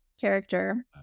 character